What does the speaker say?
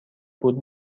بود